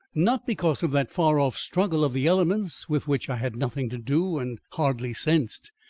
not because of that far-off struggle of the elements with which i had nothing to do and hardly sensed,